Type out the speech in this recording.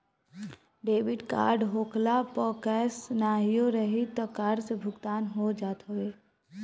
debit card होखला पअ cash नाहियो रही तअ कार्ड से भुगतान हो जात हवे